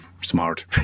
smart